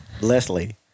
Leslie